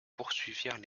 poursuivirent